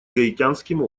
гаитянским